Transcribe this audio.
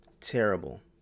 Terrible